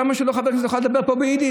למה שחבר כנסת לא יוכל לדבר פה ביידיש?